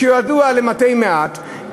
והוא ידוע למתי מעט,